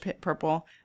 purple